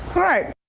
right.